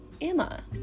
Emma